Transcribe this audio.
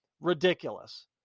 Ridiculous